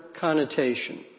connotation